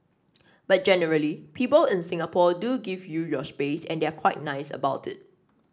but generally people in Singapore do give you your space and they're quite nice about it